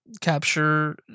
capture